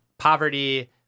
poverty